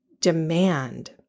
demand